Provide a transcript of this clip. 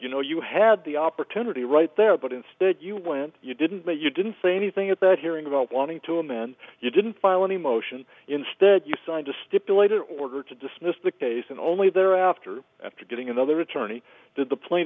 you know you had the opportunity right there but instead you went you didn't but you didn't say anything at that hearing about wanting to amend you didn't file any motion instead you signed a stipulated order to dismiss the case and only thereafter after getting another attorney did the pla